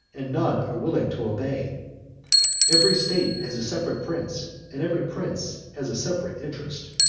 and none are willing to obey every state has a separate prince, and every prince has a separate interest.